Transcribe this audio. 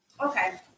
okay